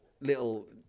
little